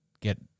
get